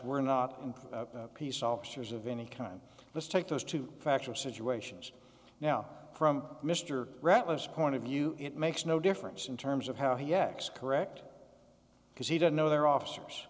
were not in for police officers of any kind let's take those two factual situations now from mr rattlers point of view it makes no difference in terms of how he acts correct because he don't know their officers